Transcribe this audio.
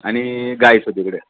आणि गायचो तिकडे